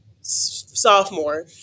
sophomore